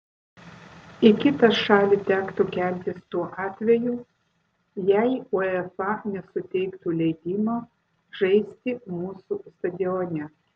į kitą šalį tektų keltis tuo atveju jei uefa nesuteiktų leidimo žaisti mūsų stadione